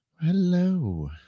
hello